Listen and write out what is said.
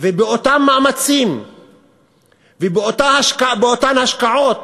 ובאותם מאמצים ובאותן השקעות